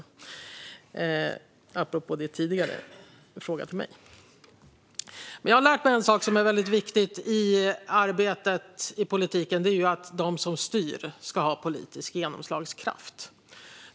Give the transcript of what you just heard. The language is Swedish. Detta apropå din tidigare fråga till mig. Jag har lärt mig en sak som är viktig i arbetet inom politiken: att de som styr ska ha politisk genomslagskraft.